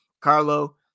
Carlo